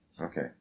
Okay